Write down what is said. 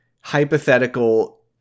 hypothetical